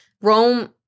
Rome